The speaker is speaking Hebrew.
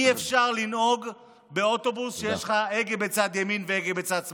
אי-אפשר לנהוג באוטובוס שבו יש לך הגה בצד ימין והגה בצד שמאל.